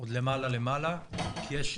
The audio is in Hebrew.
עוד למעלה למעלה, כי יש